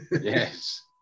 yes